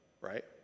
right